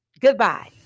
Goodbye